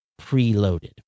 preloaded